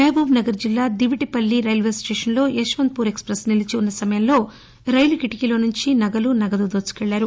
మహబూబ్నగర్ జిల్లా Divitipalli railway స్టేషన్లో Yeshwantpur express నిలిచిన సమయంలో రైలు కిటికీలనుంచి నగలు నగదు దోచుకెళ్ళారు